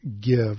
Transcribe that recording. Give